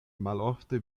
malofte